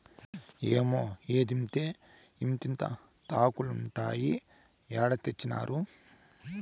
ఏమ్మే, ఏందిదే ఇంతింతాకులుండాయి ఏడ తెచ్చినారు